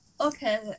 Okay